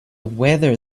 weather